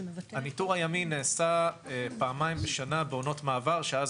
הניטור הימי נעשה פעמיים בשנה בעונות מעבר שאז